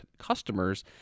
customers